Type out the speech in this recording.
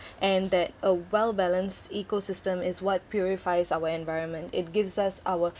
and that a well-balanced ecosystem is what purifies our environment it gives us our